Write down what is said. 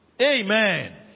Amen